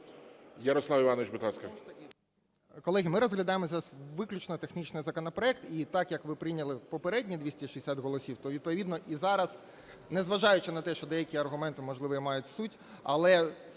Колеги, ми розглядаємо зараз виключно технічний законопроект. І так, як ви прийняли попередній, 260 голосів, то відповідно і зараз, незважаючи на те, що деякі аргументи, можливо, і мають суть, але